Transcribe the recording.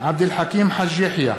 עבד אל חכים חאג' יחיא,